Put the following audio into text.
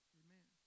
amen